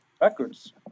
Records